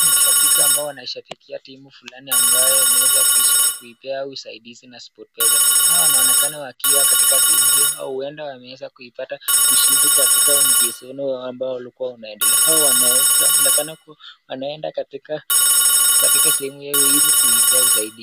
Mashabiki ambao wanashabikia timu fulani ambayo imeweza kuipea usaidizi na sport pesa, hawa wanaonekana wakiwa katika sehemu hiyo au huenda wameweza kuipata ushindi katika mchezoni wao ambao ulikuwa unaendelea ,au wanaonekana kuwa wanaenda katika sehemu hiyo ili kuipea usaidizi.